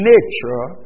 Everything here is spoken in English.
Nature